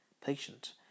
patient